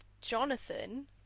Jonathan